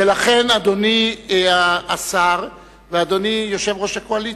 ולכן, אדוני השר ואדוני יושב-ראש הקואליציה,